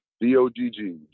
D-O-G-G